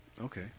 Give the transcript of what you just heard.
Okay